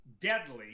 deadly